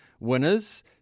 winners